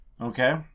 okay